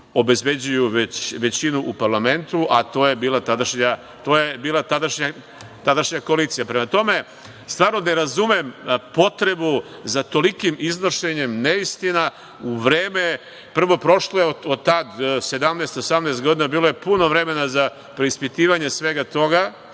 obezbeđuju većinu u parlamentu, a to je bila tadašnja koalicija. Prema tome, stvarno ne razumem potrebu za tolikim iznošenjem neistina u vreme… Prvo, prošlo je od tada 17,18 godina. Bilo je puno vremena za preispitivanje svega toga